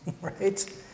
right